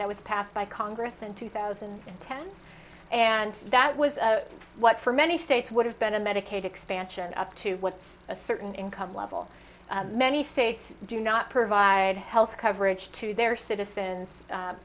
that was passed by congress in two thousand and ten and that was what for many states would have been a medicaid expansion up to what a certain income level many fake do not provide health coverage to their citizens